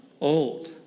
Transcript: old